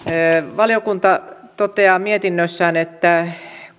valiokunta toteaa mietinnössään että